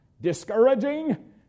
discouraging